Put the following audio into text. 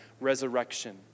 resurrection